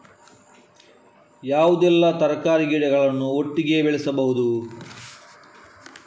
ಯಾವುದೆಲ್ಲ ತರಕಾರಿ ಗಿಡಗಳನ್ನು ಒಟ್ಟಿಗೆ ಬೆಳಿಬಹುದು?